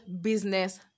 business